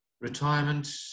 retirement